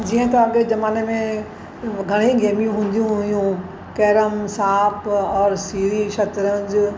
जीअं त अॻिए ज़माने में घणेई गेमियूं हूंदियूं हूइयूं कैरम सांप और सीढ़ी शतरंज